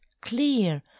clear